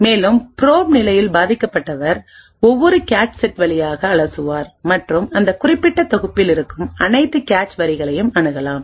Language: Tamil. மேலும் ப்ரோப் நிலையில் பாதிக்கப்பட்டவர் ஒவ்வொரு கேச் செட் வழியாக அலசுவார் மற்றும் அந்த குறிப்பிட்ட தொகுப்பில் இருக்கும் அனைத்து கேச் வரிகளையும் அணுகலாம்